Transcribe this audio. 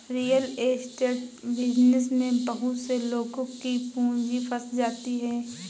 real estate business में बहुत से लोगों की पूंजी फंस जाती है